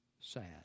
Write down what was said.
sad